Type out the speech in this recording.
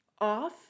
off